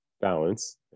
balance